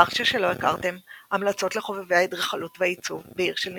ורשה שלא הכרתם המלצות לחובבי האדריכלות והעיצוב בעיר של ניגודים,